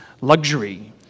luxury